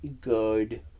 good